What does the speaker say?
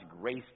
grace